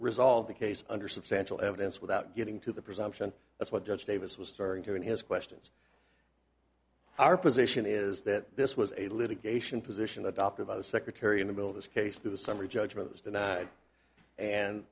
resolved the case under substantial evidence without getting to the presumption that's what judge davis was staring to in his questions our position is that this was a litigation position adopted by the secretary in the middle of this case the summary judgment was denied and